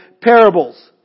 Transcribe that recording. parables